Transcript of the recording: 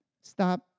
stop